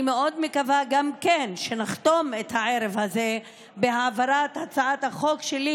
אני גם מאוד מקווה שנחתום את הערב הזה בהעברת הצעת החוק שלי,